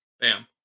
bam